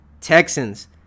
texans